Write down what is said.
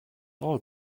all